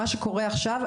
מה שקורה עכשיו,